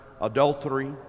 adultery